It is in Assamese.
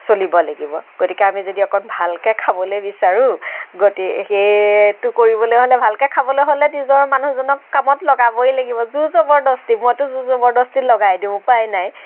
চলিব লাগিব গতিকে আমি যদি অকণ ভালকৈ খাবলৈ বিচাৰোঁ গতি সেইটো কৰিবলে হ'লে ভালকৈ খাবলৈ হ'লে নিজৰ মানুহজনক কামত লগাবই লাগিব জোৰ জৱৰদস্তি মইটো জোৰ জৱৰদস্তি লগাই দিওঁ উপায় নাই